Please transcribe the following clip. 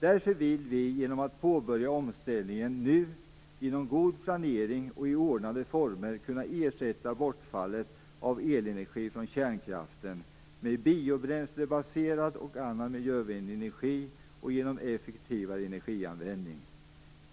Därför vill vi genom att påbörja omställningen nu, med god planering och i ordnade former ersätta bortfallet av elenergi från kärnkraften med biobränslebaserad och annan miljövänlig energi och genom effektivare energianvändning.